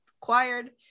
required